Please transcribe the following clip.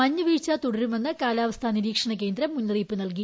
മഞ്ഞുവീഴ്ച തുടരുമെന്ന് കാലാവസ്ഥാ നിരീക്ഷണകേന്ദ്രം മുന്നറിയിപ്പ് നൽകി